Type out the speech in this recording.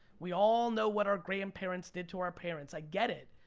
we all know what our grandparents did to our parents, i get it,